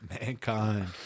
Mankind